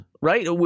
right